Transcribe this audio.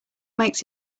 makes